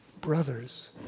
Brothers